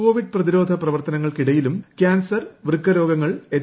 Covid പ്രതിരോധ പ്രവർത്തനങ്ങൾക്കിടയിലും cancer വൃക്ക രോഗങ്ങൾ എച്ച്